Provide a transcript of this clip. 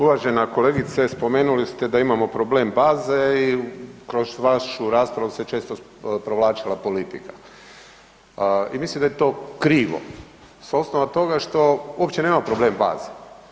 Uvažena kolegice, spomenuli ste da imamo problem baze i kroz vašu raspravu se često provlačila politika i mislim da je to krivo s osnova toga što uopće nema problem baze.